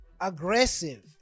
aggressive